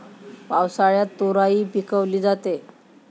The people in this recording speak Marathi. पावसाळ्यात तोराई पिकवली जाते